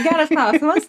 geras klausimas